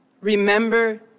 remember